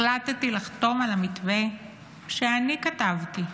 החלטתי לחתום על המתווה שאני כתבתי,